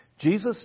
Jesus